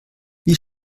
wie